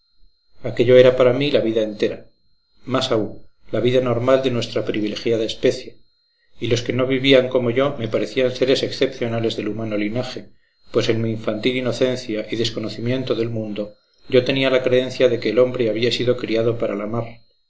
aquello era para mí la vida entera más aún la vida normal de nuestra privilegiada especie y los que no vivían como yo me parecían seres excepcionales del humano linaje pues en mi infantil inocencia y desconocimiento del mundo yo tenía la creencia de que el hombre había sido criado para la mar